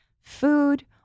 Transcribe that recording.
food